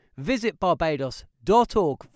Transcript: visitbarbados.org